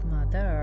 Mother